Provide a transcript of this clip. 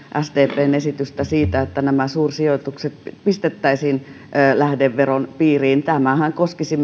sdpn esitystä siitä että suursijoitukset pistettäisiin lähdeveron piiriin tämähän koskisi